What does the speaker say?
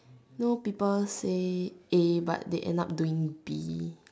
know people say A but they end up doing B